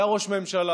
היה ראש ממשלה,